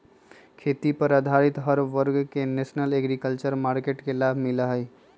खेती पर आधारित हर वर्ग के नेशनल एग्रीकल्चर मार्किट के लाभ मिला हई